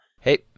Hey –